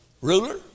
ruler